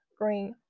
Green